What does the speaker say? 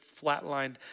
flatlined